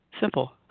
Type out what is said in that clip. Simple